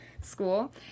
school